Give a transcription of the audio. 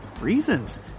reasons